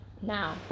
now